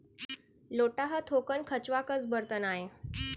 लोटा ह थोकन खंचवा कस बरतन आय